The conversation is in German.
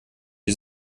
die